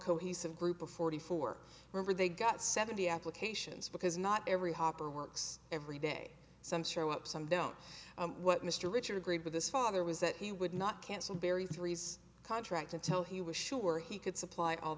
cohesive group of forty four member they got seventy applications because not every hopper works every day some show up some don't what mr richard agreed with his father was that he would not cancel barry three's contract until he was sure he could supply all